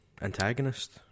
antagonist